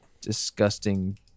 disgusting